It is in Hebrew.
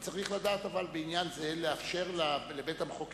אבל צריך לדעת בעניין זה לאפשר לבית-המחוקקים,